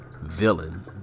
villain